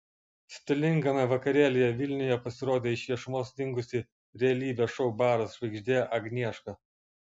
stilingame vakarėlyje vilniuje pasirodė iš viešumos dingusi realybės šou baras žvaigždė agnieška